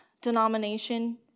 denomination